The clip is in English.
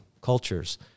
cultures